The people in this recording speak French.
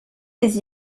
des